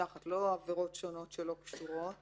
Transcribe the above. אחת לא עבירות שונות שאינן קשורות